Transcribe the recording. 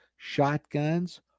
shotguns